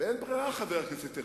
אין ברירה, חבר הכנסת ארדן.